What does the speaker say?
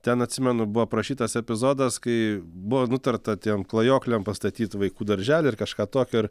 ten atsimenu buvo aprašytas epizodas kai buvo nutarta tiem klajokliam pastatyt vaikų darželį ar kažką tokio ir